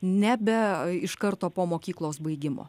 nebe iš karto po mokyklos baigimo